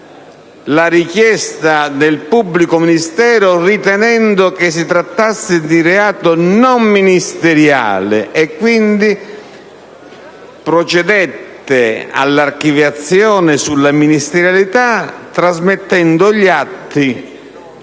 la richiesta del pubblico ministero ritenendo che si trattasse di reato non ministeriale e quindi ha proceduto all'archiviazione sulla ministerialità trasmettendo gli atti